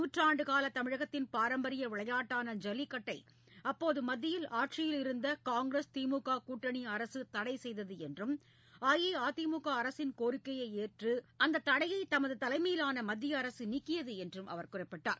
நூற்றாண்டுகால தமிழகத்தின் பாரம்பரிய விளையாட்டான ஜல்லிக்கட்டை அப்போது மத்தியில் ஆட்சியில் இருந்த காங்கிரஸ் திமுக கூட்டணி அரசு தடை செய்தது என்றும் அஇஅதிமுக அரசின் கோரிக்கையை ஏற்று அந்த தடையை தமது தலைமையிலான மத்திய அரசு நீக்கியது என்றும் அவர் கூறினார்